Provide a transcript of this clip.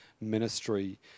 ministry